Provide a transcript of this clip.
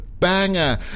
Banger